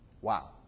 Wow